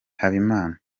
habimana